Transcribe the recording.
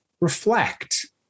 reflect